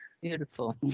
beautiful